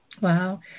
wow